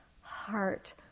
heart